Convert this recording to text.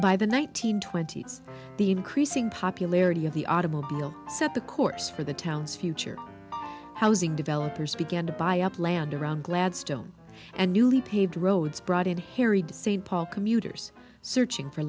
hundred twenty s the increasing popularity of the automobile set the course for the town's future housing developers began to buy up land around gladstone and newly paved roads brought in harry de st paul commuters searching for